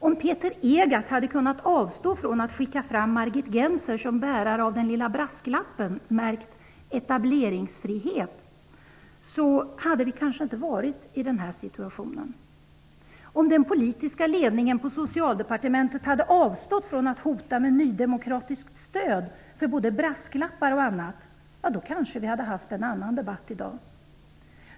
Om Peter Egardt hade kunnat avstå från att skicka fram Margit Gennser som bärare av den lilla brasklappen märkt ''etableringsfrihet'', hade vi inte varit i denna situation. Om den politiska ledningen på Socialdepartementet hade avstått från att hota med nydemokratiskt stöd och med brasklappar och annat, hade vi kanske haft en annan debatt i dag.